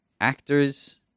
actors